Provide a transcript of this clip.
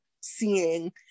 seeing